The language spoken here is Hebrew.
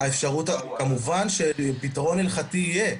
כמובן שפתרון הלכתי יהיה.